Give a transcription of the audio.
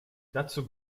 dazu